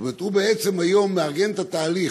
זאת אומרת, הוא בעצם היום מארגן את התהליך.